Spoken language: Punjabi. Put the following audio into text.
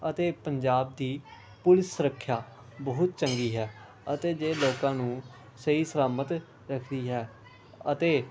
ਅਤੇ ਪੰਜਾਬ ਦੀ ਪੁਲੀਸ ਸੁਰੱਖਿਆ ਬਹੁਤ ਚੰਗੀ ਹੈ ਅਤੇ ਜੇ ਲੋਕਾਂ ਨੂੰ ਸਹੀ ਸਲਾਮਤ ਰੱਖਦੀ ਹੈ ਅਤੇ